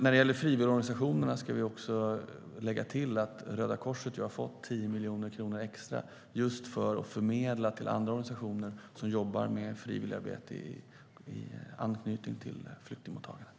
När det gäller frivilligorganisationerna ska jag även lägga till att Röda Korset har fått 10 miljoner kronor extra att just förmedla till andra organisationer som jobbar med frivilligarbete med anknytning till flyktingmottagandet.